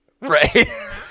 right